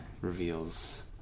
reveals